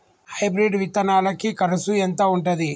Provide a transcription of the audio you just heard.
Hybrid విత్తనాలకి కరుసు ఎంత ఉంటది?